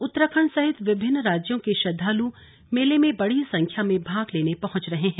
उत्तराखण्ड सहित विभिन्न राज्यों के श्रद्वालु मेले में बड़ी संख्या में भाग लेने पहुंच रहे हैं